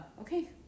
okay